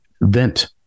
vent